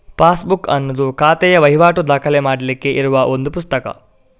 passbook ಅನ್ನುದು ಖಾತೆಯ ವೈವಾಟು ದಾಖಲೆ ಮಾಡ್ಲಿಕ್ಕೆ ಇರುವ ಒಂದು ಪುಸ್ತಕ